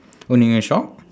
owning a shop